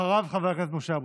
אחריו, חבר הכנסת משה אבוטבול.